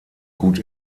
gut